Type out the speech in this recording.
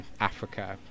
Africa